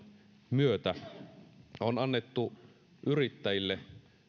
myötä on annettu yrittäjille